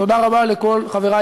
תודה רבה לכל חברי,